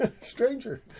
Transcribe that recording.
stranger